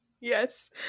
Yes